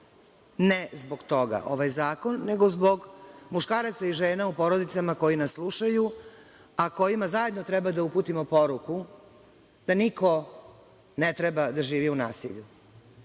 Ne zbog toga ovaj zakon, nego zbog muškaraca i žena u porodicama koji nas slušaju, a kojima zajedno treba da uputimo poruku da niko ne treba da živi u nasilju